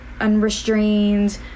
unrestrained